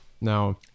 Now